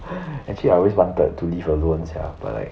actually I always wanted to live alone sia but like